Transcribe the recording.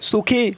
সুখী